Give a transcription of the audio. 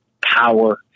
power